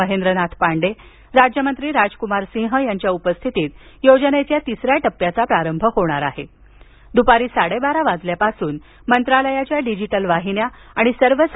महेंद्रनाथ पांडे राज्यमंत्री राज कुमार सिंह यांच्या उपस्थितीत योजनेच्या तिस या टप्प्याचा प्रारंभ दुपारी साडे बारा वाजल्यापासून मंत्रालयाच्या डिजिटल वाहिन्या आणि सर्व होणार आहे